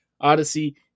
Odyssey